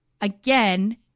Again